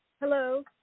Hello